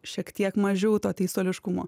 šiek tiek mažiau to teisuoliškumo